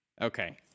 okay